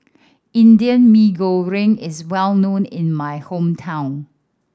Indian Mee Goreng is well known in my hometown